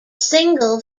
single